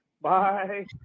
Bye